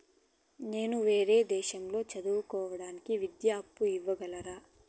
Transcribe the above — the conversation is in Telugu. నేను వేరే దేశాల్లో చదువు కోవడానికి విద్యా అప్పు ఇవ్వగలరా?